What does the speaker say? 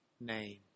name